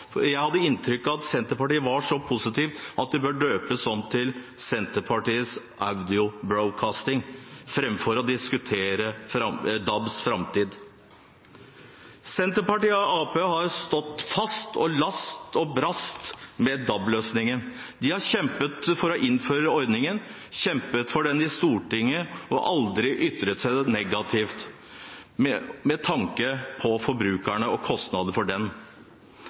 Jeg hadde inntrykk av at Senterpartiet var så positivt innstilt at DAB burde døpes om til Senterpartiets Audio Broadcasting, framfor at man skulle diskutere DABs framtid. Senterpartiet og Arbeiderpartiet har stått fast og last og brast med DAB-løsningen. De har kjempet for å innføre ordningen – kjempet for den i Stortinget og aldri ytret seg negativt med tanke på forbrukerne og kostnadene for